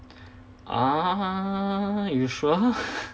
uh you sure